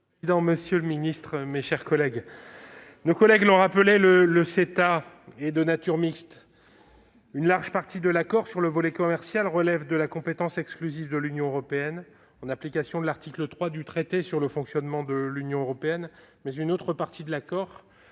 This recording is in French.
monsieur le ministre, mes chers collègues, comme l'ont souligné plusieurs orateurs, le CETA est de nature mixte : une large partie de l'accord, sur le volet commercial, relève de la compétence exclusive de l'Union européenne, en application de l'article 3 du traité sur le fonctionnement de l'Union européenne, mais une autre partie, relative